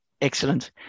Excellent